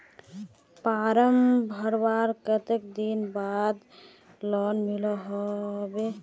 Form भरवार कते दिन बाद लोन मिलोहो होबे?